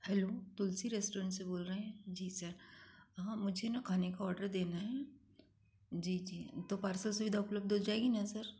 hello Tulsi restaurant से बोल रहें है जी सर हाँ मुझे ना खाने का आर्डर देना है जी जी तो पार्सल सुविधा उपलब्ध हो जाएगी ना सर